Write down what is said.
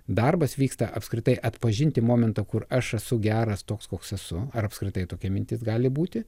darbas vyksta apskritai atpažinti momentą kur aš esu geras toks koks esu ar apskritai tokia mintis gali būti